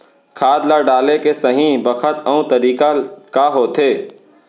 खाद ल डाले के सही बखत अऊ तरीका का होथे?